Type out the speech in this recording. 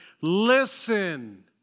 Listen